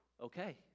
Okay